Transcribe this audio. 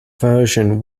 version